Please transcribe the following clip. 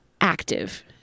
active